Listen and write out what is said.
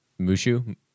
Mushu